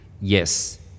Yes